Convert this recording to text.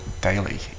daily